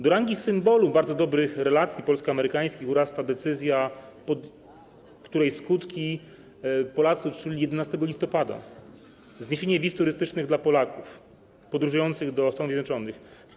Do rangi symbolu bardzo dobrych relacji polsko-amerykańskich urasta decyzja, której skutki Polacy odczuli 11 listopada, chodzi o zniesienie wiz turystycznych dla Polaków podróżujących do Stanów Zjednoczonych.